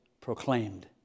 proclaimed